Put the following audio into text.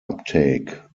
uptake